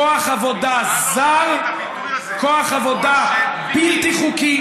כוח עבודה זר, כוח עבודה בלתי חוקי,